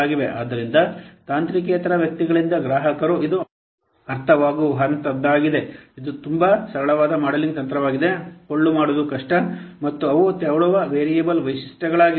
ಆದ್ದರಿಂದ ತಾಂತ್ರಿಕೇತರ ವ್ಯಕ್ತಿಗಳಿಂದ ಗ್ರಾಹಕರಿಗೆ ಇದು ಅರ್ಥವಾಗುವಂತಹದ್ದಾಗಿದೆ ಇದು ತುಂಬಾ ಸರಳವಾದ ಮಾಡೆಲಿಂಗ್ ತಂತ್ರವಾಗಿದೆ ಪೊಳ್ಳು ಮಾಡುವುದು ಕಷ್ಟ ಮತ್ತು ಅವು ತೆವಳುವ ವೇರಿಯಬಲ್ ವೈಶಿಷ್ಟ್ಯಗಳಾಗಿವೆ